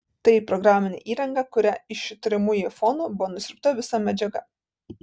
tai programinė įranga kuria iš įtariamųjų aifonų buvo nusiurbta visa medžiaga